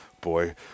Boy